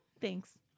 Thanks